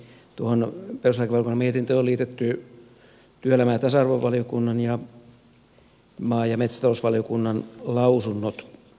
tuohon perustuslakivaliokunnan mietintöön on liitetty työelämä ja tasa arvovaliokunnan ja maa ja metsätalousvaliokunnan lausunnot